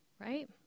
right